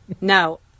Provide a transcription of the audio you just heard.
no